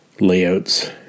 layouts